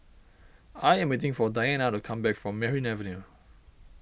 I am waiting for Dianna to come back from Merryn Avenue